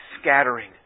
scattering